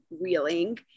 reeling